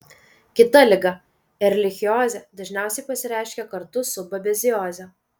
kita liga erlichiozė dažniausiai pasireiškia kartu su babezioze